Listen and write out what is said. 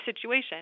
situation